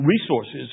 resources